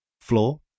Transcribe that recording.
floor